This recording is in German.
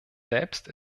selbst